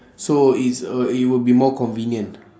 so it's uh it will be more convenient